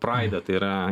praidą tai yra